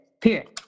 period